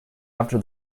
after